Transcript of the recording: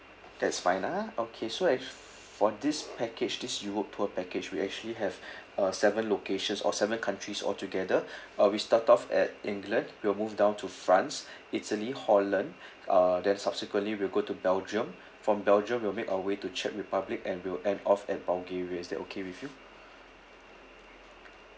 that's fine ah okay so act~ for this package this europe tour package we actually have uh seven locations or seven countries altogether uh we start off at england we'll move down to france italy holland uh then subsequently we'll go to belgium from belgium we'll make our way to czech republic and we'll end off at bulgaria is that okay with you